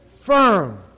firm